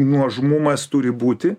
nuožmumas turi būti